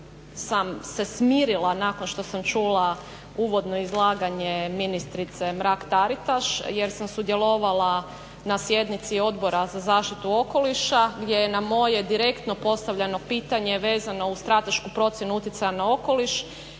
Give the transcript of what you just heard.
sam se smirila nakon što sam čula uvodno izlaganje ministrice Mrak-Taritaš jer sam sudjelovala na sjednici Odbora za zaštitu okoliša gdje je na moje direktno postavljeno pitanje vezano uz stratešku procjenu utjecaja na okoliš